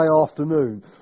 afternoon